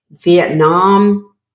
Vietnam